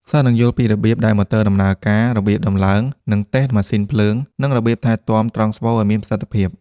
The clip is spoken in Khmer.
សិស្សនឹងយល់ពីរបៀបដែលម៉ូទ័រដំណើរការ របៀបតំឡើង និងតេស្តម៉ាស៊ីនភ្លើង និងរបៀបថែទាំត្រង់ស្វូឱ្យមានប្រសិទ្ធភាព។